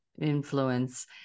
influence